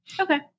okay